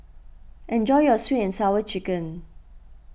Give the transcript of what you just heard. enjoy your Sweet and Sour Chicken